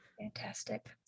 Fantastic